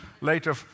later